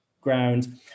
ground